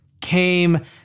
came